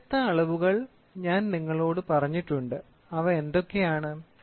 വ്യത്യസ്ത അളവുകൾ ഞാൻ നിങ്ങളോട് പറഞ്ഞിട്ടുണ്ട് അവ എന്തൊക്കെയാണ്